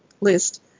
list